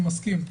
ואני מסכים,